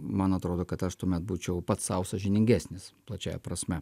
man atrodo kad aš tuomet būčiau pats sau sąžiningesnis plačiąja prasme